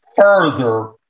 further